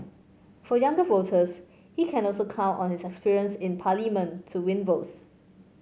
for younger voters he can also count on his experience in Parliament to win votes